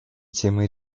темой